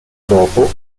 dopo